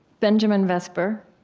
benjamin vesper.